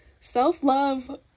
self-love